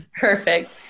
Perfect